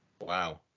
Wow